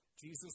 Jesus